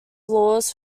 laws